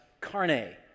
carne